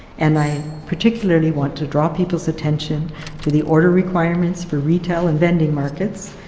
and i particularly want to draw people's attention to the order requirements for retail and vending markets,